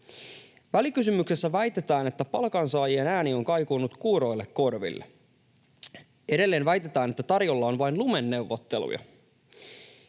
Välikysymyksessä väitetään, että palkansaajien ääni on kaikunut kuuroille korville. Edelleen väitetään, että tarjolla on vain lumeneuvotteluja.